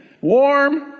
warm